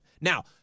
Now